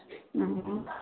మ్మ్